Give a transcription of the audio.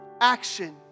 action